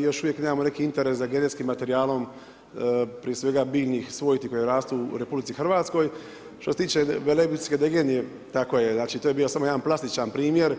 još uvijek nemamo neki interes za genetskim materijalom, prije svega biljnih … koje rastu u RH, što se tiče velebitske degenije, tako je, znači to je bio samo jedan plastičan primjer.